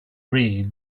read